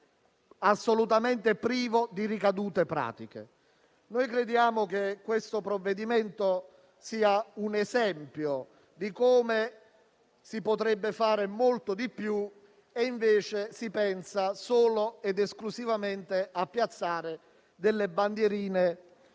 assolutamente privo di ricadute pratiche. Noi crediamo che questo provvedimento sia un esempio di come si potrebbe fare molto di più e invece si pensa solo ed esclusivamente a piazzare delle bandierine